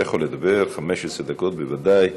אתה יכול לדבר, 15 דקות, בוודאי,